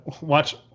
Watch